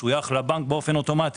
שויך לבנק אוטומטית.